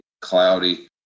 cloudy